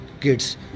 kids